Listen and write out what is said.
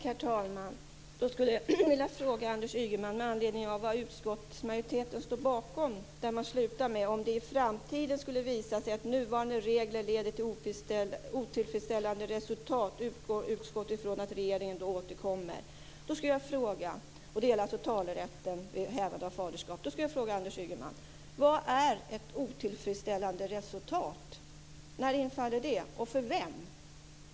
Herr talman! Då skulle jag vilja ställa en fråga till Anders Ygeman med anledning av vad utskottsmajoriteten står bakom. Man slutar med att säga: Om det i framtiden skulle visa sig att nuvarande regler leder till otillfredsställande resultat utgår utskottet från att regeringen återkommer. Det gäller alltså talerätten vid hävande av faderskap. Då skulle jag vilja fråga Anders Ygeman: Vad är ett otillfredsställande resultat? När infaller det - och för vem?